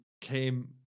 came